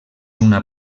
una